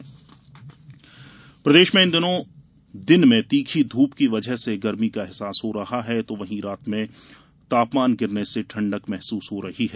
मौसम प्रदेश में इन दिनों दिन में तीखी धूप की वजह से गर्मी का अहसास हो रहा है तो वही रात में तापमान गिरने से ठंडक महसूस हो रही है